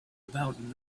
about